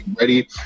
ready